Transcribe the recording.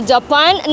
Japan